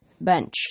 bench